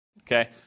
okay